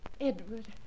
Edward